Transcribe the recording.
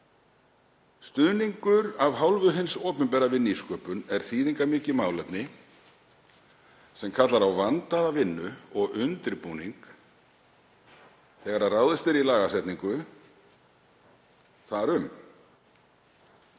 Stuðningur af hálfu hins opinbera við nýsköpun er þýðingarmikið málefni sem kallar á vandaða vinnu og undirbúning þegar ráðist er í lagasetningu þar um.